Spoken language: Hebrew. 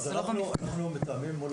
אנחנו מתאמים מול